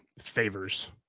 favors